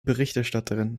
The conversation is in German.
berichterstatterin